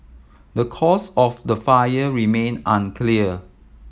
the cause of the fire remain unclear